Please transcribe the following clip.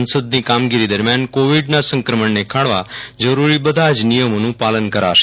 સંસદની કામગીરી દરમિયાન કોવિડના સંક્રમણને ખાળવા જરૂરી બધા જ નિયમોનું પાલન કરાશે